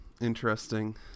Interesting